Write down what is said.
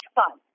fun